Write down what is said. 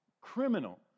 criminal